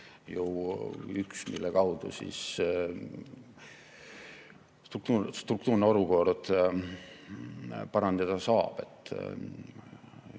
mille kaudu struktuurset olukorda parandada saab.